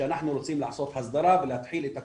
שאנחנו רוצים לעשות הסדרה ולהתחיל את הכול,